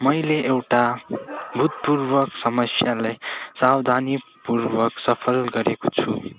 मैले एउटा भुतपूर्वक समस्यालाई सावधानीपूर्वक सफल गरेको छु